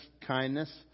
kindness